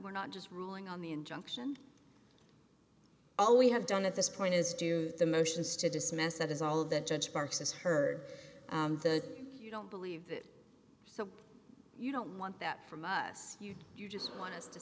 were not just ruling on the injunction all we have done at this point is do the motions to dismiss that is all that judge parks has heard the you don't believe that so you don't want that from us you you just want us to